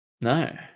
No